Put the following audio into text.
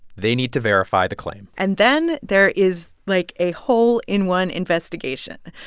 they need to verify the claim and then there is, like, a hole in one investigation.